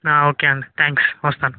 okay అండి thanks వస్తాను